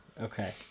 okay